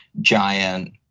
giant